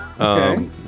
Okay